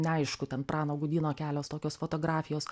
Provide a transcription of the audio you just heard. neaišku ten prano gudyno kelios tokios fotografijos